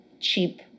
cheap